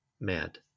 mad